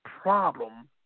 problem